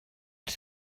els